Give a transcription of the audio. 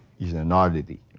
he's an oddity,